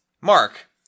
Mark